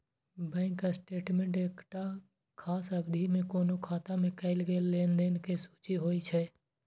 bank statement एकटा खास अवधि मे कोनो खाता मे कैल गेल लेनदेन के सूची होइ छै